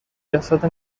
جسد